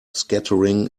scattering